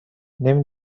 نمی